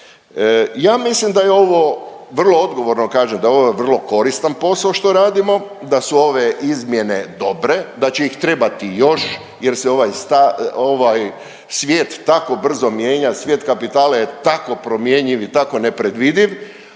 Ja mislim da je ovo, vrlo odgovorno, kažem, da je ovo vrlo koristan posao što radimo, da su ove izmjene dobre, da će ih trebati još jer se ovaj svijet tako brzo mijenja, svijet kapitala je tako promjenjiv i tako nepredvidiv,